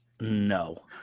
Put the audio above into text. No